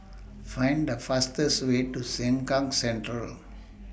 Find The fastest Way to Sengkang Central